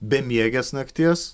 bemiegės nakties